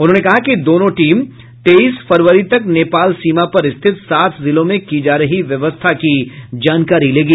उन्होंने कहा कि दोनों टीम तेईस फरवरी तक नेपाल सीमा पर स्थित सात जिलों में की जा रही व्यवस्था की जानकारी लेगी